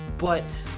but.